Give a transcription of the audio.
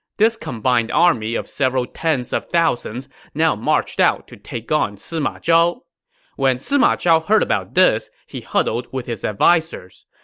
this combined army of several tens of thousands now marched out to take on sima zhao when sima zhao heard about this, he huddled with his advisers.